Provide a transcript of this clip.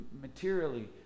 materially